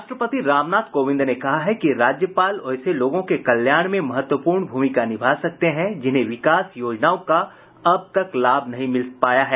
राष्ट्रपति रामनाथ कोविंद ने कहा है कि राज्यपाल वैसे लोगों के कल्याण में महत्वपूर्ण भूमिका निभा सकते हैं जिन्हें विकास योजनाओं का अब तक लाभ नहीं मिल पाया है